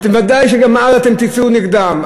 ודאי שגם אז אתם תצאו נגדם.